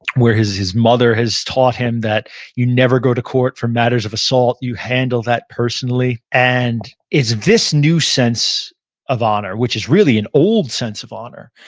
where is his mother has taught him that you never go to court for matters of assault. you handle that personally, and it's this new sense of honor, which is really an old sense of honor,